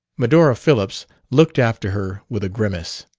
medora phillips looked after her with a grimace.